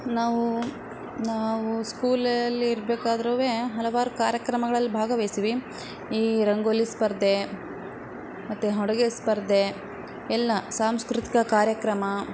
ನಾವು ನಾವು ಸ್ಕೂಲಲ್ಲಿ ಇರ್ಬೇಕಾದ್ರೂ ಹಲವಾರು ಕಾರ್ಯಕ್ರಮಗಳಲ್ಲಿ ಭಾಗವಹಿಸೀವಿ ಈ ರಂಗೋಲಿ ಸ್ಪರ್ಧೆ ಮತ್ತು ಅಡುಗೆ ಸ್ಪರ್ಧೆ ಎಲ್ಲ ಸಾಂಸ್ಕೃತಿಕ ಕಾರ್ಯಕ್ರಮ